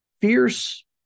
Fierce